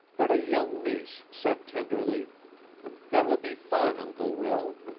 but a young niece said tenderly that will be fun, uncle will.